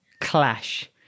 clash